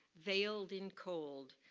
veiled and cold.